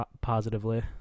positively